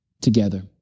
together